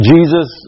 Jesus